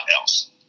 else